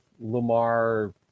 Lamar